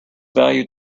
value